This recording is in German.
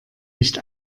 nicht